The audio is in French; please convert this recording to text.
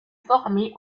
formée